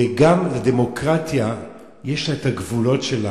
וגם לדמוקרטיה יש הגבולות שלה.